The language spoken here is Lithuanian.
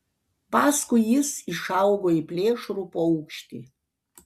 paskui jis išaugo į plėšrų paukštį